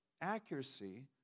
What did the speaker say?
accuracy